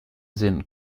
sinn